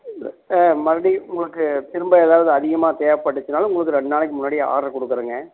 மறுபடி உங்களுக்கு திரும்ப ஏதாவது அதிகமாக தேவைப்பட்டுச்சினாலும் உங்களுக்கு ரெண்டு நாளைக்கு முன்னாடியே ஆர்டர் கொடுக்குறங்க